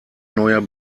neuer